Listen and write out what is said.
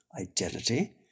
identity